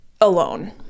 alone